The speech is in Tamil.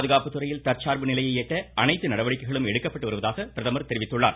பாதுகாப்பு துறையில் தற்சாா்பு நிலையை எட்ட அனைத்து நடவடிக்கைகளும் எடுக்கப்பட்டு வருவதாக பிரதமர் தெரிவித்துள்ளார்